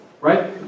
Right